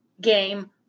game